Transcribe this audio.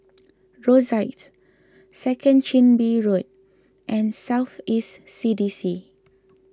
Rosyth Second Chin Bee Road and South East C D C